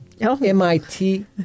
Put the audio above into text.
M-I-T